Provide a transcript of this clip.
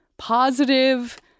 Positive